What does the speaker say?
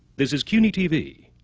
this is cuny-tv,